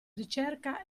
ricerca